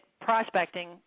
prospecting